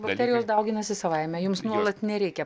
baterijos dauginasi savaime jums nuolat nereikia